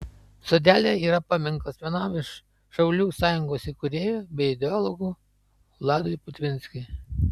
sodelyje yra paminklas vienam iš šaulių sąjungos įkūrėjų bei ideologų vladui putvinskiui